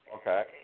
Okay